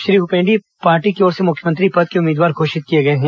श्री हपेंडी पार्टी की ओर से मुख्यमंत्री पद के उम्मीदवार घोषित किए गए हैं